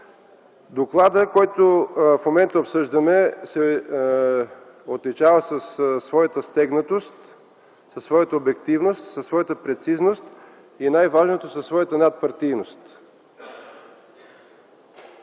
Докладът, който в момента обсъждаме, се отличава със своята стегнатост, обективност и прецизност, и най-важното със своята надпартийност.